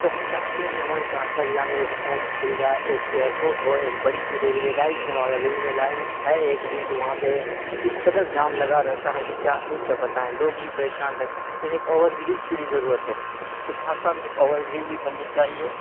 تو ہم چاہتے ہیں کہ ہمارے سہرسہ ضلع میں ایک ایمس کھل جائے ایک ائیرپورٹ ہو ایک بڑی سی ریلوے لائن ہو اگر ریلوے لائن ہے ایک بھی تو وہاں پہ اس قدر جام لگا رہتا ہے کہ کیا ہی کیا بتائیں لوگ بھی پریشان رہتا ہے تو ایک اوور برج کی بھی ضرورت ہے تو سہرسہ میں ایک اوور برج بھی بننی چاہیے